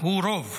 הוא רוב.